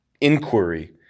inquiry